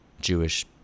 Jewish